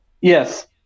Yes